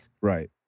Right